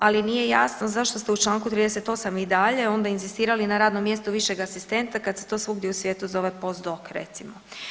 Ali nije jasno zašto ste u članku 38. i dalje onda inzistirali na radno mjesto višeg asistenta kad se to svugdje u svijetu zove post doc. recimo.